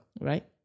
right